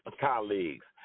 colleagues